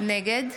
נגד